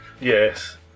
Yes